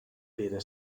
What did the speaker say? pere